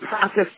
process